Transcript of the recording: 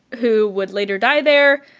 who would later die there.